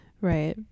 Right